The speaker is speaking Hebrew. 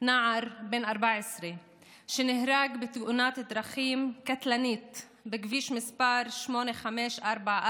נער בן 14 שנהרג בתאונת דרכים קטלנית בכביש מס' 8544,